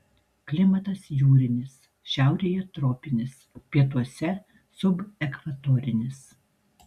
klimatas jūrinis šiaurėje tropinis pietuose subekvatorinis